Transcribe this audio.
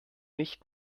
nicht